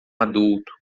adulto